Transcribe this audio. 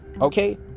okay